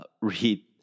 read